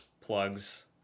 plugs